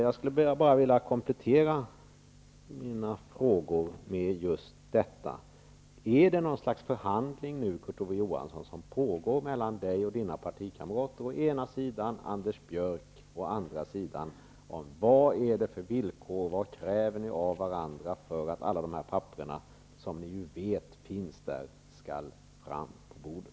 Jag vill bara komplettera mina frågor med just dessa: Är det något slags förhandling som pågår mellan Kurt Ove Johansson och hans partikamrater å ena sidan och Anders Björck å andra sidan om villkoren? Vad kräver ni av varandra för att alla papper som ni ju vet existerar skall läggas fram på bordet?